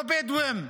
לא בדואים.